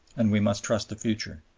and we must trust the future.